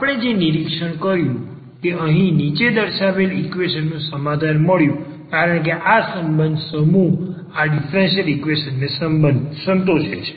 તેથી આપણે જે નિરીક્ષણ કર્યું કે અહી નીચે દર્શાવેલ ઈક્વેશન નુ સમાધાન મળ્યું કારણ કે આ સંબંધ સમૂહ આ ડીફરન્સીયલ ઈક્વેશન ને સંતોષે છે